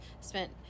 spent